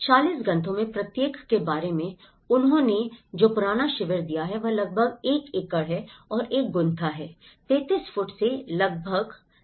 40 गन्थों में प्रत्येक के बारे में उन्होंने जो पुराना शिविर दिया है वह लगभग 1 एकड़ का है और 1 गुन्था है 33 फुट से लगभग 33